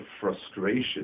frustration